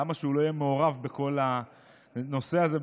למה שהוא לא יהיה מעורב בכל הנושא הזה,